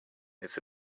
it’s